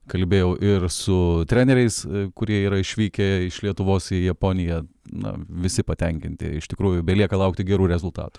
kalbėjau ir su treneriais kurie yra išvykę iš lietuvos į japoniją na visi patenkinti iš tikrųjų belieka laukti gerų rezultatų